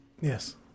Yes